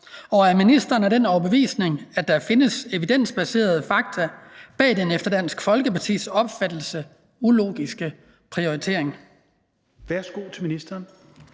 og er ministeren af den overbevisning, at der findes evidensbaserede fakta bag ved den efter Dansk Folkepartis opfattelse ulogiske prioritering?